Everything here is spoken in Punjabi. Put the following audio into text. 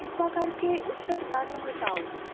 ਕਿਰਪਾ ਕਰਕੇ ਉਸ ਘਟਨਾ ਨੂੰ ਹਟਾਓ